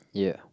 yeah